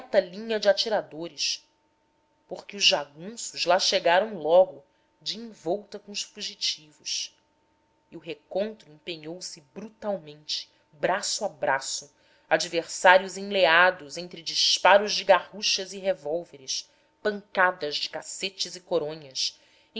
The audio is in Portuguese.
de atiradores porque os jagunços lá chegaram logo de envolta com os fugitivos e o recontro empenhou se brutalmente braço a braço adversários enleados entre disparos de garruchas e revólveres pancadas de cacetes e coronhas